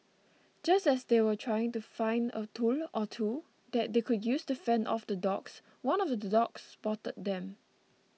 just as they were trying to find a tool or two that they could use to fend off the dogs one of the dogs spotted them